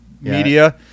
Media